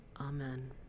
Amen